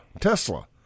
Tesla